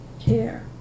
care